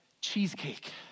cheesecake